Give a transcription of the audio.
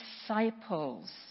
disciples